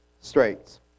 straits